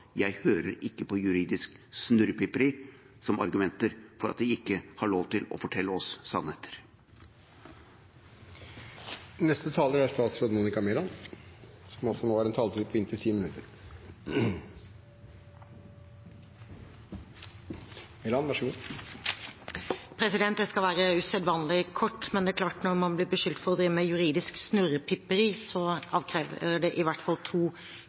Jeg hører ikke på juridiske snurrepiperier som argumenter for at de ikke har lov til å fortelle oss sannheter. Neste taler er statsråd Monica Mæland, som har en taletid på inntil 10 minutter. President, jeg skal være usedvanlig kort. Men det er klart at når man blir beskyldt for å drive med juridisk snurrepiperi, avkrever det i hvert fall to